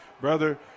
Brother